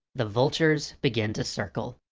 the vultures begin to circle